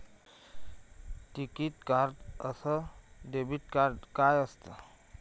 टिकीत कार्ड अस debit card काय असत?